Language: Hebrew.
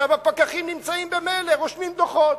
הפקחים נמצאים ממילא, רושמים דוחות.